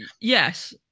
yes